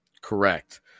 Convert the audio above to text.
correct